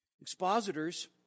Expositors